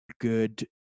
good